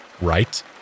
right